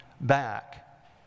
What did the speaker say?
back